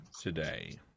today